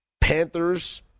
Panthers